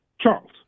Charles